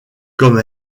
comme